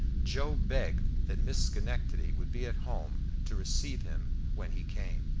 joe begged that miss schenectady would be at home to receive him when he came.